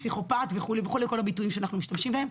פסיכופט וכל הביטויים שאנחנו משתמשים בהם,